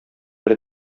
бер